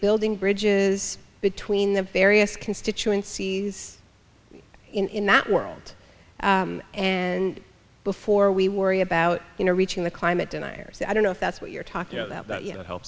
building bridges between the various constituencies in that world and before we worry about you know reaching the climate deniers i don't know if that's what you're talking about you know